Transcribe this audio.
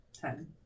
ten